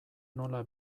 nola